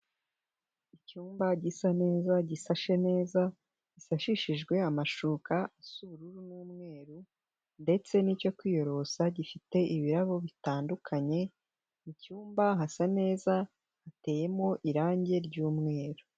Icyumba gisa neza gisashe neza, gisashishijwe amashuka asa ubururu n'umweru, ndetse n'icyo kwiyorosa gifite ibirabo bitandukanye, mu cyumba hasa neza hateyemo irangi ry'umweru.